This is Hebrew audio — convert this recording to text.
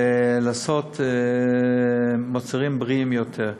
ולעשות מוצרים בריאים יותר.